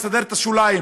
לסדר את השוליים,